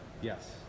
Yes